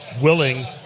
willing